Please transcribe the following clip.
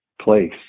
place